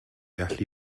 allu